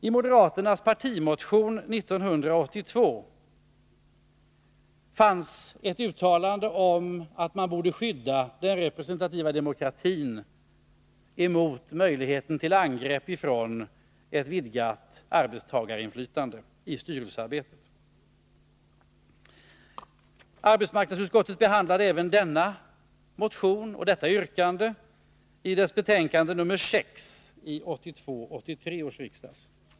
I moderaternas partimotion 1982 fanns ett uttalande om att man borde skydda den representativa demokratin emot möjligheten till angrepp från ett vidgat arbetstagarinflytande i styrelsearbetet. Arbetsmarknadsutskottet behandlade även denna motion och detta yrkande i sitt betänkande nr 6 vid 1982/83 års riksmöte.